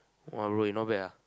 !wah! bro you not bad ah